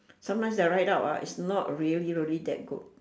sometimes the ride out ah it's not really really that good